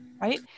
right